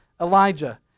Elijah